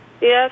Yes